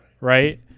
right